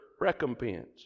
recompense